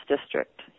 district